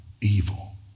evil